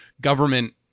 government